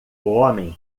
homem